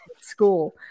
school